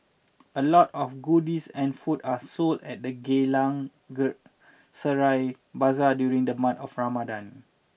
a lot of goodies and food are sold at the Geylang Serai Bazaar during the month of Ramadan